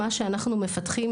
מה שאנחנו מפתחים,